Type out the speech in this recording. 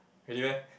really meh